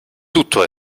tutto